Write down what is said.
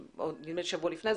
נדמה לי שבוע לפני כן,